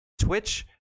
Twitch